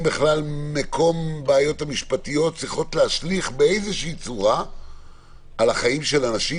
בכלל הבעיות המשפטיות צריכות להשליך באיזושהי צורה על החיים של אנשים,